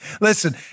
Listen